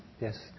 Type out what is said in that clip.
yes